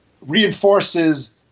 reinforces